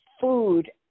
Food